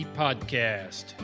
podcast